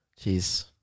Jeez